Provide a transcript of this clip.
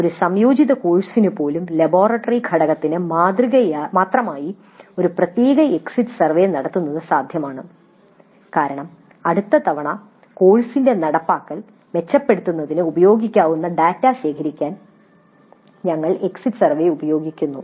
ഒരു സംയോജിത കോഴ്സിന് പോലും ലബോറട്ടറി ഘടകത്തിന് മാത്രമായി ഒരു പ്രത്യേക എക്സിറ്റ് സർവേ നടത്തുന്നത് സാധ്യമാണ് കാരണം അടുത്ത തവണ കോഴ്സിന്റെ നടപ്പാക്കൽ മെച്ചപ്പെടുത്തുന്നതിന് ഉപയോഗിക്കാവുന്ന ഡാറ്റ ശേഖരിക്കാൻ ഞങ്ങൾ എക്സിറ്റ് സർവേ ഉപയോഗിക്കുന്നു